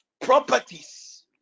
properties